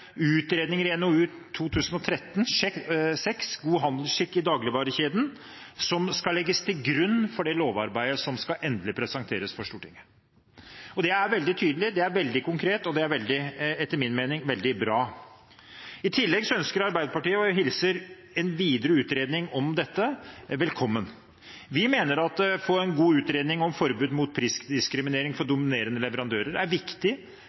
utredning i NOU 2013: 6, God handelsskikk i dagligvarekjeden, legges til grunn for det lovarbeidet som endelig skal presenteres for Stortinget. Det er veldig tydelig, det er veldig konkret, og det er etter min mening veldig bra. I tillegg ønsker og hilser Arbeiderpartiet velkommen en videre utredning om dette. Vi mener at å få en god utredning om forbud mot prisdiskriminering for dominerende leverandører er viktig